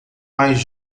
mais